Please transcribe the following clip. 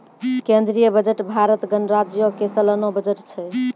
केंद्रीय बजट भारत गणराज्यो के सलाना बजट छै